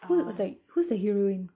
who oh sorry who's the heroine